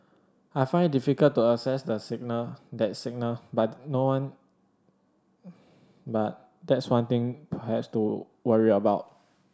I find it difficult to assess that signal that signal but no one but that's one thing perhaps to worry about